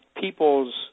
people's